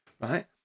Right